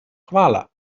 hvala